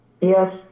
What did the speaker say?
Yes